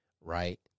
right